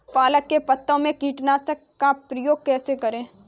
पालक के पत्तों पर कीटनाशक का प्रयोग कैसे करें?